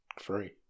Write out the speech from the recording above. free